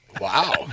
Wow